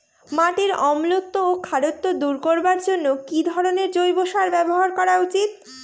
মাটির অম্লত্ব ও খারত্ব দূর করবার জন্য কি ধরণের জৈব সার ব্যাবহার করা উচিৎ?